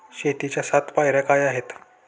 शेतीच्या सात पायऱ्या काय आहेत?